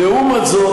לעומת זאת,